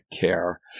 care